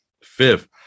Fifth